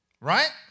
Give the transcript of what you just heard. right